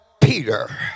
Peter